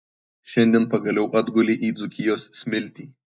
šiandien pagaliau atgulei į dzūkijos smiltį